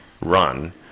run